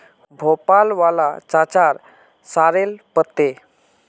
भोपाल वाला चाचार सॉरेल पत्ते